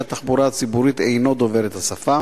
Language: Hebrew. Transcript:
התחבורה הציבורית אינו דובר את השפה.